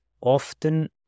often